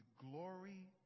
glory